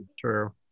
true